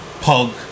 Punk